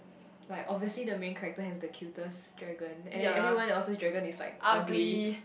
like obviously the main character has the cutest dragon and then everyone else's dragon is like ugly